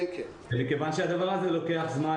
מכיוון שהדבר הזה לוקח זמן,